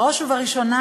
בראש ובראשונה,